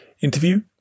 interview